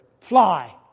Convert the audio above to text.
fly